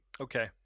okay